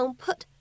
put